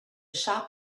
shop